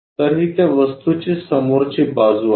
तर ही त्या वस्तूची समोरची बाजू आहे